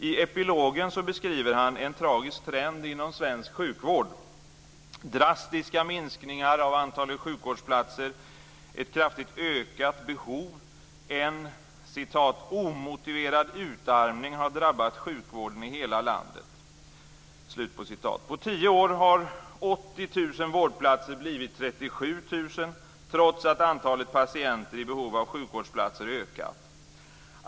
I epilogen beskriver han en tragisk trend inom svensk sjukvård: drastiska minskningar av antalet sjukvårdsplatser och ett kraftigt ökat behov. Han skriver att en "omotiverad utarmning har drabbat sjukvården i hela landet". På tio år har 80 000 vårdplatser blivit 37 000, trots att antalet patienter i behov av sjukvårdsplatser ökat.